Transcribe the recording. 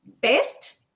best